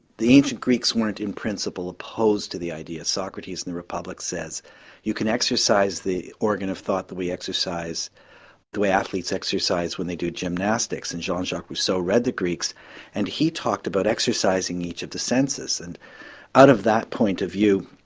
the ancient greeks weren't in principle opposed to the idea, socrates in the republic says you can exercise the organ of thought that we exercise the way athletes exercise when they do gymnastics, and jean jacques rousseau read the greeks and he talked about exercising each of the senses. and out of that point of view